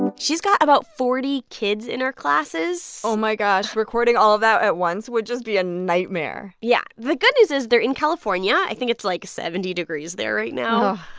and she's got about forty kids in her classes oh, my gosh. recording all of that at once would just be a nightmare yeah. the good news is they're in california. i think it's, like, seventy degrees there right now.